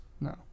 No